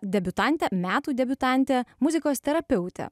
debiutantę metų debiutantę muzikos terapeutę